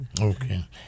Okay